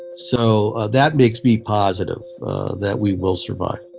so that makes me positive that we will survive.